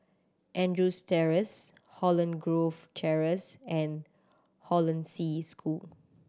Andrews Terrace Holland Grove Terrace and Hollandse School